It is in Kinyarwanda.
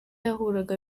yahuraga